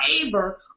favor